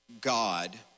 God